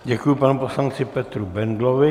Děkuji panu poslanci Petru Bendlovi.